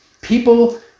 People